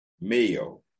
male